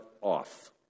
off